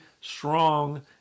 strong